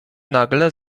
nagle